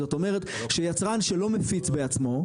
זאת אומרת שיצרן שלא מפיץ בעצמו,